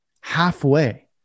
Halfway